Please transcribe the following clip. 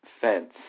fence